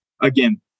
again